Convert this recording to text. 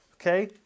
Okay